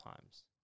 times